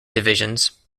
divisions